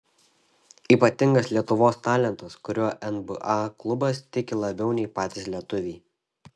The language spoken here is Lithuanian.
ypatingas lietuvos talentas kuriuo nba klubas tiki labiau nei patys lietuviai